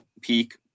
peak